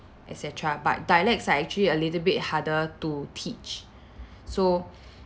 et cetera but dialects are actually a little bit harder to teach so